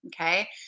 Okay